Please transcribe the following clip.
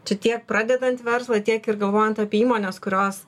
čia tiek pradedant verslą tiek ir galvojant apie įmones kurios